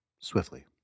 swiftly